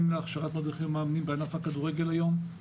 להכשרת מדריכי מאמנים בענף הכדורגל היום,